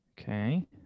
Okay